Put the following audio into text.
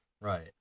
Right